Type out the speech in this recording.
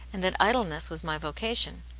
and that idleness was my vocation.